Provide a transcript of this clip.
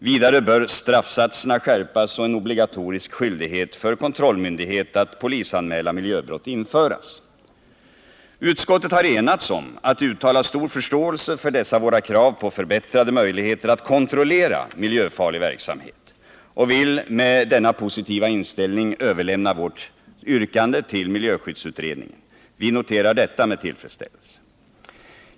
Vidare bör straffsatserna skärpas och en obligatorisk skyldighet för kontrollmyndighet att polisanmäla miljöbrott införas. Utskottet har enats om att uttala stor förståelse för dessa våra krav på förbättrade möjligheter att kontrollera miljöfarlig verksamhet och vill med denna positiva inställning överlämna vårt yrkande till miljöskyddsutredningen. Vi noterar detta med tillfredsställelse.